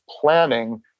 planning